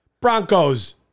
Broncos